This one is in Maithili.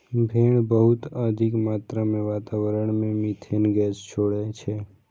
भेड़ बहुत अधिक मात्रा मे वातावरण मे मिथेन गैस छोड़ै छै